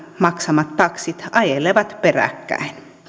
maksamat taksit ajelevat peräkkäin